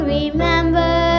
remember